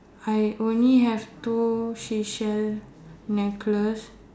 I only have two seashell necklace